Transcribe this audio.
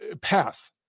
path